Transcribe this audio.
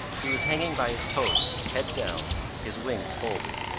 he was hanging by his toes, head down, his wings folded.